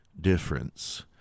difference